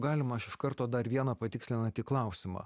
galima aš iš karto dar vieną patikslinantį klausimą